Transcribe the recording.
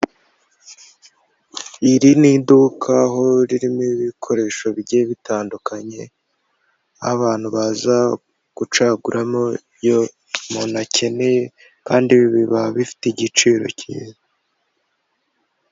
Iri ni iduka aho ririmo ibikoresho bijye bitandukanye, abantu baza gucaguramo ibyo umuntu akeneye, kandi biba bifite igiciro cyiza.